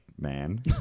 man